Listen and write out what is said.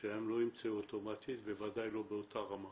שהם לא ימצאו אוטומטית, בוודאי לא באותה רמה.